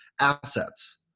assets